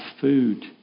food